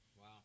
wow